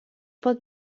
pot